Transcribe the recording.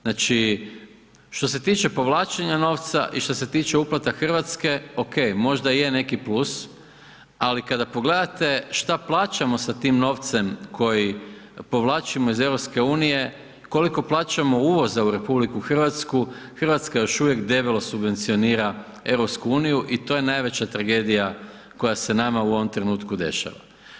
Znači što se tiče povlačenja novca i što se tiče uplata Hrvatske ok, možda je neki plus ali kada pogledate šta plaćamo sa tim novcem koji povlačimo iz EU, koliko plaćamo uvoza u RH, Hrvatska još uvijek debelo subvencionira EU i to je najveća tragedija koja se nama u ovom trenutku dešava.